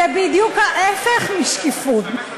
זה בדיוק ההפך משקיפות.